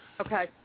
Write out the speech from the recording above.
okay